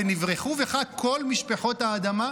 "ונברכו בך כל משפחות האדמה"?